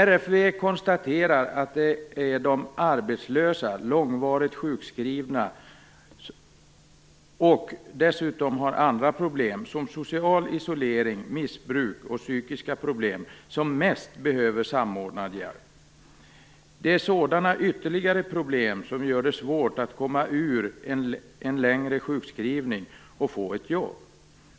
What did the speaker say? RFV konsterar att det är de som är arbetslösa, långvarigt sjukskrivna och dessutom har andra problem som social isolering, missbruk och psykiska problem som mest behöver samordand hjälp. Det är sådana ytterligare problem som gör det svårt att komma ur en längre sjukskrivning och få ett jobb.